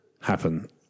happen